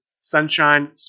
sunshine